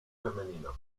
femenino